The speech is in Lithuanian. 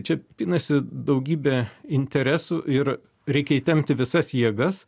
čia pinasi daugybė interesų ir reikia įtempti visas jėgas